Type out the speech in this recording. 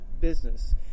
business